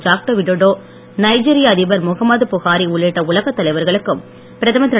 Joko Widodo நைஜீரிய அதிபர் Muhammadu Buhari உள்ளிட்ட உலகத் தலைவர்களுக்கும் பிரதமர் திரு